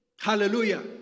Hallelujah